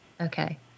Okay